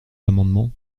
amendements